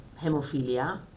hemophilia